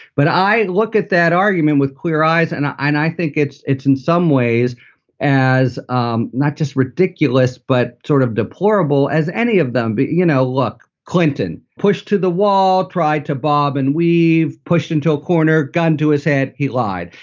but i look at that argument with clear eyes, and i think it's it's in some ways as um not just ridiculous, but sort of deplorable as any of them but, you know, look, clinton pushed to the wall, tried to bob, and we pushed until a corner gun to his head. he lied,